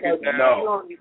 no